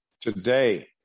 Today